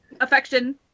affection